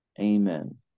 Amen